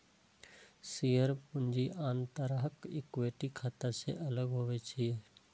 share पूंजी आन तरहक इक्विटी खाता सं अलग होइ छै